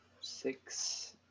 six